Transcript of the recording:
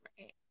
Right